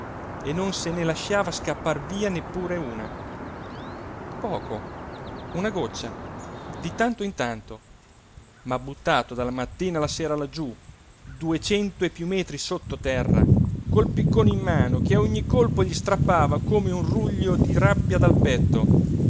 e non se ne lasciava scappar via neppur una poco una goccia di tanto in tanto ma buttato dalla mattina alla sera laggiú duecento e piú metri sottoterra col piccone in mano che a ogni colpo gli strappava come un ruglio di rabbia dal petto